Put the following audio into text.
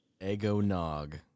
eggnog